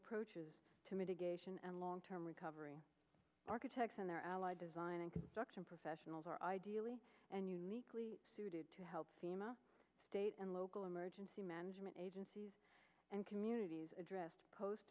approaches to mitigation and long term recovery architects and their allied design and construction professionals are ideally and uniquely suited to help fema state and local emergency management agencies and communities addressed post